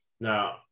Now